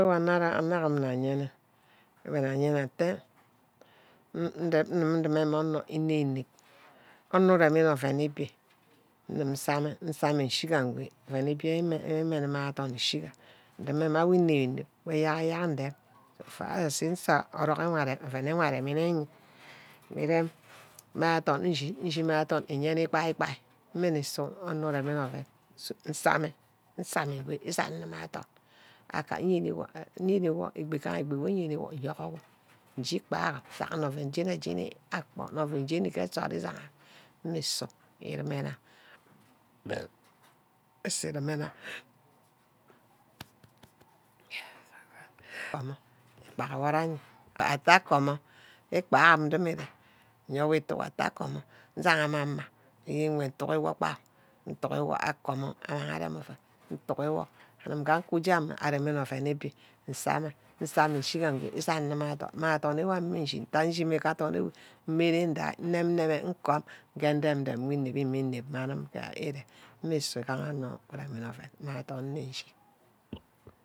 Oven wor enerum na yene, aba nna yene Nteh ndime mme onor ìnem-inem, Onor uremine oven ìbì ngum nsameh nsameh nsìgabe ímenima ke adorn ishiga, ndem mma awo inem-inem, wor eyack-eyack n̂dem, afaras nsa nsa oven wey arimne, nirem nne ke adorn nni yene îgbai-ígbai musu onor íremi'ne oven nsama, nsame good isennime ke adorn, aka igamebi eyeniwo nyerowo înje-ikpahann ntack ne oven jeni-ajeni agbor, ne oven mma jeni-ajeni ísheha, mme îsu îreme nna mme ísu îreme nna atta akomo íkpama domire, nyewe itukuhe atta akomo amang arem aven nyuguwor, anim ngekuje arenne oven ibi nsame, nsame íshigam go ísaninna ke adorn, may adorn'imagneshin, nta înshime ke adorn, mmeren ndia, nneme nneme nkum ngedem-dem we nep my anim ire, mmsui îgaha onor urem ne oven nne ke adorn ishi